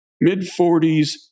mid-40s